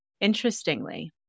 Interestingly